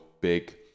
big